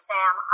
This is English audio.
Sam